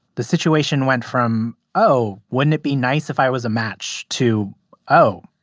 the situation went from, oh, wouldn't it be nice if i was a match? to oh,